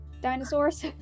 dinosaurs